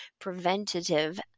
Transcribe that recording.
preventative